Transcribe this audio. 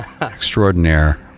extraordinaire